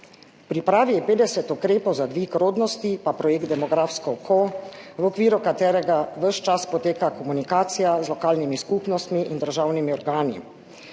pripravi je 50 ukrepov za dvig rodnosti, pa projekt Demografsko oko, v okviru katerega ves čas poteka komunikacija z lokalnimi skupnostmi in državnimi organi.